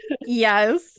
yes